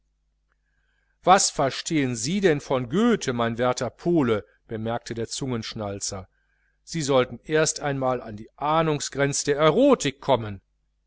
was verstehen sie denn von goethe mein werter pole bemerkte der zungenschnalzer sie sollen erst einmal an die ahnungsgrenze der erotik kommen